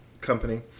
company